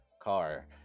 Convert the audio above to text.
car